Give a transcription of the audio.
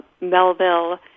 Melville